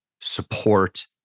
support